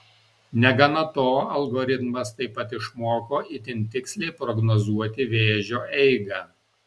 negana to algoritmas taip pat išmoko itin tiksliai prognozuoti vėžio eigą